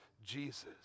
Jesus